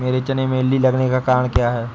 मेरे चने में इल्ली लगने का कारण क्या है?